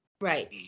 Right